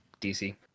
dc